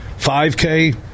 5K